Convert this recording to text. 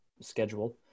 schedule